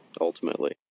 ultimately